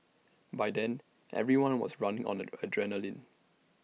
by then everyone was running on the adrenaline